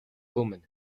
women